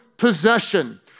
possession